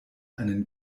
einen